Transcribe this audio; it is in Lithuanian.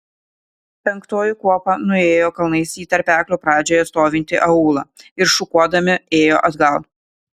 penktoji kuopa nuėjo kalnais į tarpeklio pradžioje stovintį aūlą ir šukuodami ėjo atgal